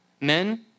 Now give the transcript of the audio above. Men